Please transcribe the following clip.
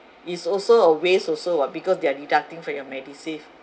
it's also a waste also [what] because they're deducting from your medisave